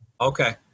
Okay